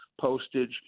postage